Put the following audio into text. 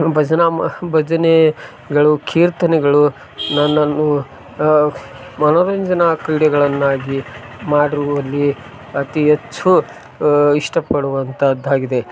ಭಜನ ಮ ಭಜನೆಗಳು ಕೀರ್ತನೆಗಳು ನನ್ನನ್ನು ಮನೋರಂಜನ ಕ್ರೀಡೆಗಳನ್ನಾಗಿ ಮಾಡುವಲ್ಲಿ ಅತಿ ಹೆಚ್ಚು ಇಷ್ಟ ಪಡುವಂತದ್ದಾಗಿದೆ